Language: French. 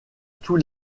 tous